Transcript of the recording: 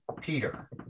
Peter